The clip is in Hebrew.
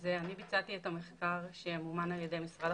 אני אתחיל ממה שראינו בריסון